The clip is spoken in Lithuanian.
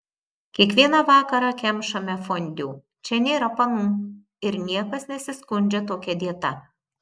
kiekvieną vakarą kemšame fondiu čia nėra panų ir niekas nesiskundžia tokia dieta